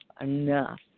enough